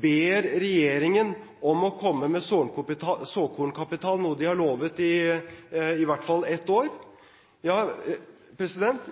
ber regjeringen om å komme med såkornkapital, noe de har lovet i i hvert fall ett år.